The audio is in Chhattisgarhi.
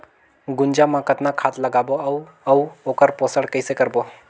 गुनजा मा कतना खाद लगाबो अउ आऊ ओकर पोषण कइसे करबो?